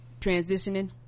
transitioning